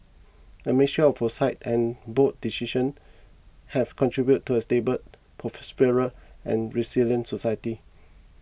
a mixture of foresight and bold decisions have contributed to a stable prosperous and resilient society